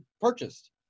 purchased